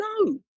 No